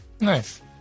Nice